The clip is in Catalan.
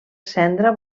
cendra